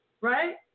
Right